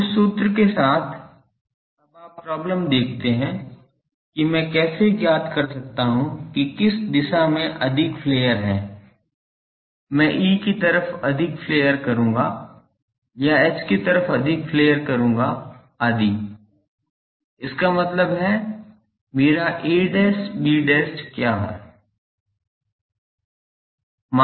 तो उस सूत्र के साथ अब आप प्रॉब्लम देखते हैं कि मैं कैसे ज्ञात कर सकता हूं कि किस दिशा में अधिक फ्लेयर है मैं E की तरफ अधिक फ्लेयर करूँगा या H की तरफ अधिक फ्लेयर करूँगा आदि इसका मतलब है मेरा a b क्या होगा